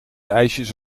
ijsjes